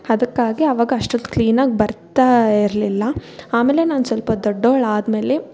ಅದಕ್ಕಾಗಿ ಅವಾಗ ಅಷ್ಟೊಂದು ಕ್ಲೀನಾಗಿ ಬರ್ತಾಯಿರಲಿಲ್ಲ ಆಮೇಲೆ ನಾನು ಸ್ವಲ್ಪ ದೊಡ್ಡವಳಾದ್ಮೇಲೆ